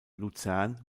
luzern